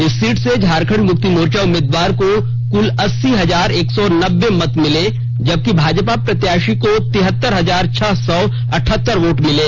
इस सीट से झारखंड मुक्ति मोर्चा उम्मीदवार को कुल अस्सी हजार एक सौ नब्बे मत मिले जबकि भाजपा प्रत्याशी को तिहत्तर हजार छह सौ अठहत्तर वोट मिले